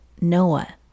Noah